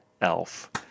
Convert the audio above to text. Elf